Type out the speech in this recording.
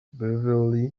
beverly